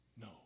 No